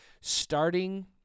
starting